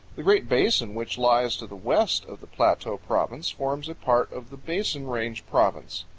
the great basin, which lies to the west of the plateau province, forms a part of the basin range province.